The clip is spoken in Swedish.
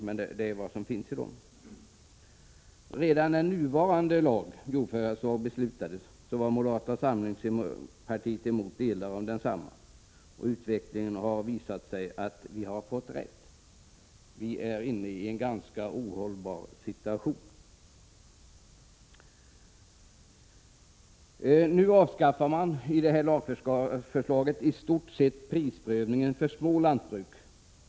Redan vid beslutet om den nuvarande jordförvärvslagen var moderata samlingspartiet emot vissa delar av lagen. Utvecklingen har visat att vi har fått rätt. Vi är inne i en ganska ohållbar situation. Genom detta lagförslag vill man i stort sett avskaffa prisprövning för små lantbruk.